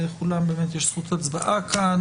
לכולן באמת יש זכות הצבעה כאן.